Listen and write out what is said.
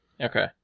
Okay